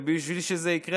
ובשביל שזה יקרה,